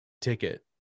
ticket